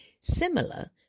similar